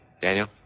Daniel